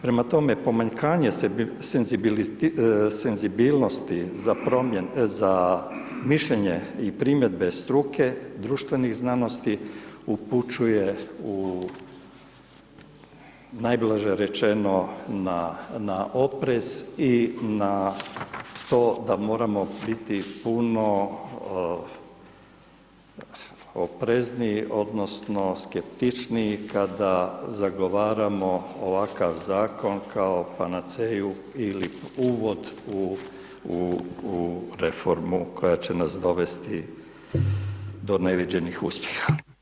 Prema tome, pomanjkanje senzibilnosti za mišljenje i primjedbe struke društvene znanosti upućuje u najblaže rečeno, na oprez i na to da moramo biti puno oprezniji odnosno skeptičniji kada zagovaramo ovakav zakon kao Panaceju ili uvod u reformu koja će nas dovesti do neviđenih uspjeha.